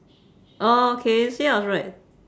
oh okay see I was right